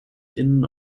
innen